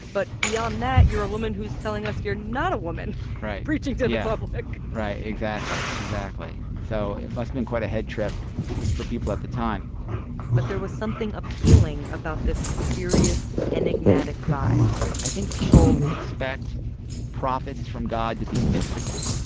but beyond that, you're a woman who's telling us you're not a woman preaching to the public right, exactly. exactly. so it must have been quite a head trip for people at the time but there was something appealing about this mysterious, enigmatic vibe i think people expect prophets from god to be mystical,